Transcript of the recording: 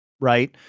right